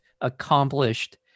accomplished